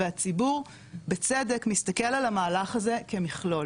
והציבור בצדק מסתכל על המהלך הזה כמכלול,